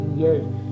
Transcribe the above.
yes